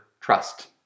trust